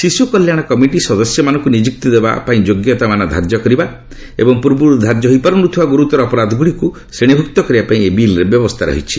ଶିଶୁ କଲ୍ୟାଣ କମିଟି ସଦସ୍ୟମାନଙ୍କୁ ନିଯୁକ୍ତି ଦେବାପାଇଁ ଯୋଗ୍ୟତା ମାନ ଧାର୍ଯ୍ୟ କରିବା ଏବଂ ପୂର୍ବରୁ ଧାର୍ଯ୍ୟ ହୋଇପାରୁନଥିବା ଗୁରୁତର ଅପରାଧ ଗୁଡ଼ିକୁ ଶ୍ରେଣୀଭୁକ୍ତ କରିବା ପାଇଁ ଏହି ବିଲ୍ରେ ବ୍ୟବସ୍ଥା ରହିଛି